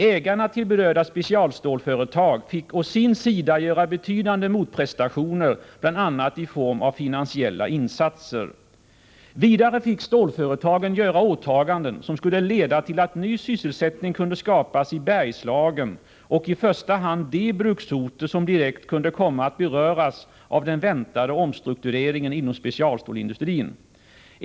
Ägarna till berörda specialstålsföretag fick å sin sida göra betydande motprestationer, bl.a. i form av finansiella insatser. Vidare fick stålföretagen göra åtaganden som skulle leda till att ny sysselsättning kunde skapas i Bergslagen och i första hand i de bruksorter som direkt kunde komma att beröras av den väntade omstruktureringen inom specialstålsindustrin.